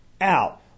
out